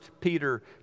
Peter